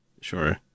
sure